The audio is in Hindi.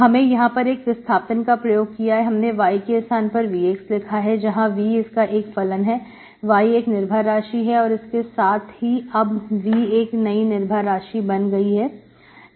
हमें यहां पर एक विस्थापन का प्रयोग किया है हमने y के स्थान पर Vx लिखा है जहां V इसका एक फलन है y एक निर्भर राशि है और इसके साथ ही अब V एक नई निर्भर राशि बन गई है